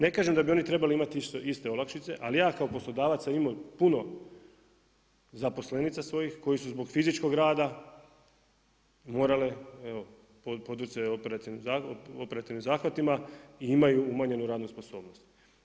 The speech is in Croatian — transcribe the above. Ne kažem da bi oni trebali imati iste olakšice ali ja kao poslodavac sam imao puno zaposlenica svojih koji su zbog fizičkog rada morale evo pod … operativnim zahvatima i imaju umanjenu radnu sposobno.